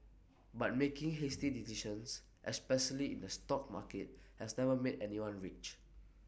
but making hasty decisions especially in the stock market has never made anyone rich